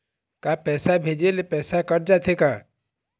का पैसा भेजे ले पैसा कट जाथे का?